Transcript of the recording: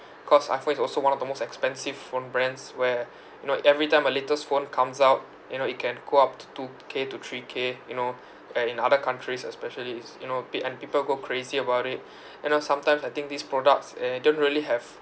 cause I feel it's also one of the most expensive phone brands where you know every time a latest phone comes out you know it can go up to two k to three k you know and in other countries especially it's you know peo~ and people go crazy about it you know sometimes I think these products uh don't really have